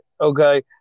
Okay